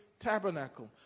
Tabernacle